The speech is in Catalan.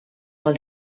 pel